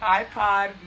iPod